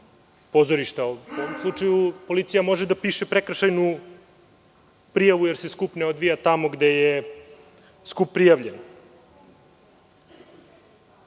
pozorišta. U ovom slučaju, policija može da piše prekršajnu prijavu jer se skup ne odvija tamo gde je skup prijavljen.